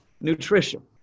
nutrition